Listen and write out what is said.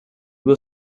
will